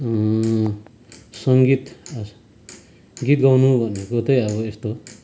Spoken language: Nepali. सङ्गीत गीत गाउनु भनेको चाहिँ अब यस्तो